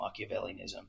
Machiavellianism